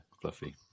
fluffy